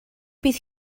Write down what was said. bydd